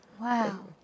Wow